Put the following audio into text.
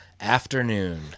afternoon